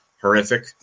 horrific